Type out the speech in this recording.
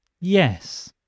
Yes